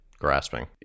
grasping